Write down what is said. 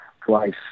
twice